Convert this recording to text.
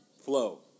flow